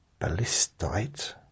ballistite